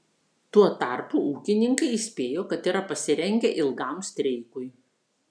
tuo tarpu ūkininkai įspėjo kad yra pasirengę ilgam streikui